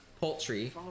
Poultry